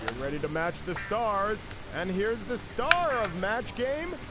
ready to match the stars. and here's the star of match. game.